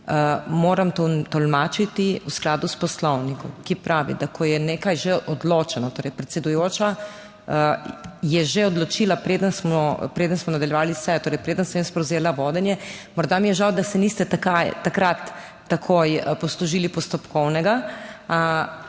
moram to tolmačiti v skladu s Poslovnikom, ki pravi, da ko je nekaj že odločeno, torej predsedujoča je že odločila, preden smo, preden smo nadaljevali sejo, torej preden sem jaz prevzela vodenje, morda mi je žal, da se niste kaj takrat takoj poslužili postopkovnega,